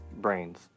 brains